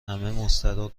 مستراح